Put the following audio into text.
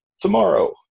tomorrow